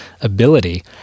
ability